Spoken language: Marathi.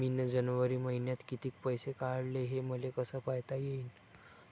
मिन जनवरी मईन्यात कितीक पैसे काढले, हे मले कस पायता येईन?